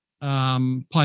Playing